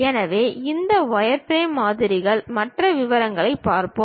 எனவே இந்த வயர்ஃப்ரேம் மாதிரிகள் பற்றி விரிவாகப் பார்ப்போம்